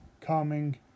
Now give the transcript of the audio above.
calming